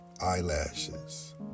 eyelashes